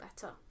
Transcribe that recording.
better